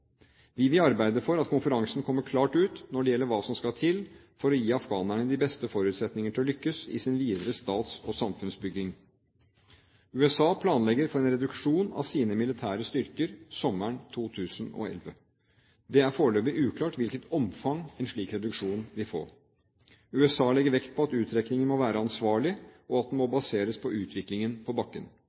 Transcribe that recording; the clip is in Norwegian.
Vi vil arbeide for at konferansen kommer klart ut når det gjelder hva som skal til for å gi afghanerne de beste forutsetninger til å kunne lykkes i sin videre stats- og samfunnsbygging. USA planlegger for en reduksjon av sine militære styrker sommeren 2011. Det er foreløpig uklart hvilket omfang en slik reduksjon vil få. USA legger vekt på at uttrekningen må være «ansvarlig», og at den må baseres på utviklingen på bakken.